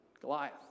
Goliath